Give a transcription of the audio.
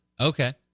Okay